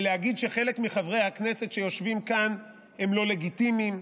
בלהגיד שחלק מחברי הכנסת שיושבים כאן הם לא לגיטימיים.